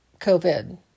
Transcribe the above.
COVID